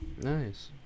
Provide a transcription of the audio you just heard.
Nice